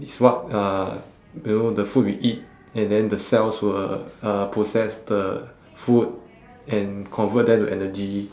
it's what uh you know the food we eat and then the cells will uh process the food and convert them to energy